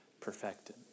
perfected